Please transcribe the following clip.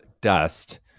dust